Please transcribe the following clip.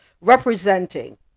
representing